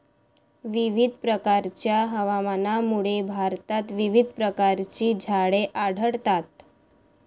विविध प्रकारच्या हवामानामुळे भारतात विविध प्रकारची झाडे आढळतात